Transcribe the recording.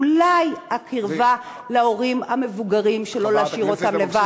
אולי הקרבה להורים המבוגרים, שלא להשאיר אותם לבד.